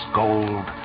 gold